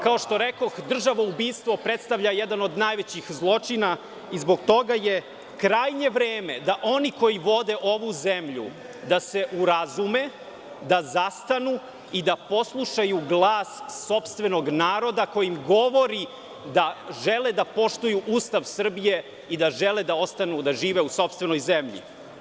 Kao što rekoh, državoubistvo predstavlja jedan od najvećih zločina i zbog toga je krajnje vreme da oni koji vode ovu zemlju da se urazume, da zastanu i da poslušaju glas sopstvenog naroda koji im govori da žele da poštuju Ustav Srbije i da žele da ostanu da žive u sopstvenoj zemlji.